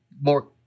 more